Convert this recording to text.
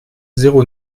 zéro